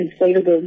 inflatable